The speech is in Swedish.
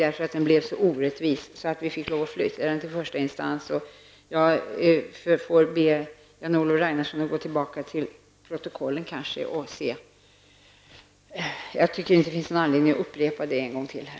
Den blev så orättvis att vi fick lov att flytta den till första instans. Jag får kanske be Jan-Olof Ragnarsson att gå tillbaka till protokollen. Jag tycker inte att det finns någon anledning att upprepa det en gång till här.